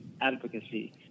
advocacy